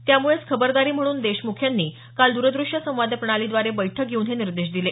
त्यामुळेच खबरदारी म्हणून देशमुख यांनी काल दुरद्रष्य संवाद प्रणालीद्वारे बैठक घेऊन हे निर्देश दिले